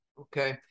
Okay